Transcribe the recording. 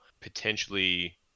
potentially